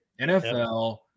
NFL